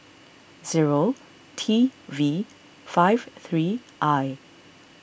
zero T V five three I